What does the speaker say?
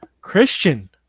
Christian